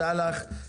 תודה לך,